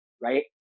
Right